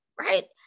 right